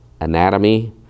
anatomy